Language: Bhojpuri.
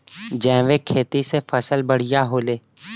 जैविक खेती से फसल बढ़िया होले